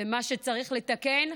בהרבה מאוד מובנים הייתי צריכה לעמוד כאן,